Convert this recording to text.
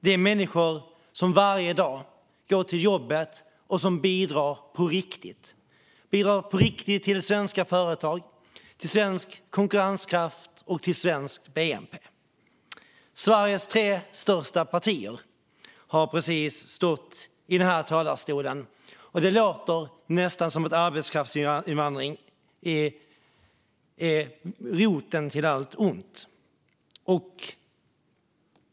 Det är människor som varje dag går till jobbet och bidrar på riktigt. De bidrar på riktigt till svenska företag, till svensk konkurrenskraft och till svensk bnp. Representanter för Sveriges tre största partier har precis stått i den här talarstolen och låtit nästan som att arbetskraftsinvandring är roten till allt ont.